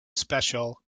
special